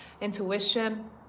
intuition